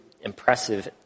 impressive